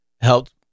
helped